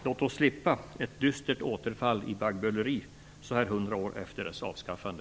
Låt oss slippa ett dystert återfall i baggböleri så här 100 år efter dess avskaffande.